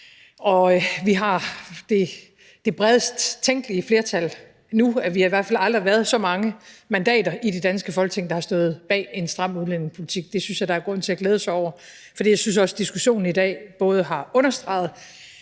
og vi har det bredest tænkelige flertal nu. Vi har i hvert fald aldrig været så mange mandater i det danske Folketing, der har stået bag en stram udlændingepolitik. Det synes jeg der er grund til at glæde sig over. For jeg synes også, at diskussionen i dag både har understreget